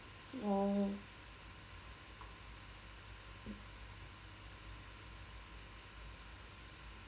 orh